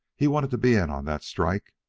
he wanted to be in on that strike.